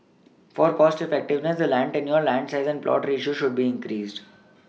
for cost effectiveness the land Danial land size and plot ratio should be increased